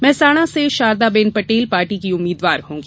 मेहसाणा से शारदा बेन पटेल पार्टी की उम्मीदवार होंगी